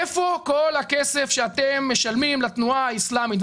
איפה כל הכסף שאתם משלמים לתנועה האסלאמית?